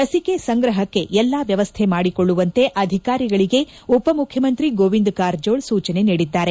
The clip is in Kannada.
ಲಸಿಕೆ ಸಂಗ್ರಹಕ್ಕೆ ಎಲ್ಲಾ ವ್ಯವಸ್ಥೆ ಮಾಡಿಕೊಳ್ಳುವಂತೆ ಅಧಿಕಾರಿಗಳಿಗೆ ಉಪಮುಖ್ಚಮಂತ್ರಿ ಗೋವಿಂದ ಕಾರಜೋಳ ಸೂಚನೆ ನೀಡಿದ್ದಾರೆ